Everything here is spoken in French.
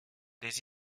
des